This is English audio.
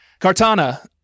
Cartana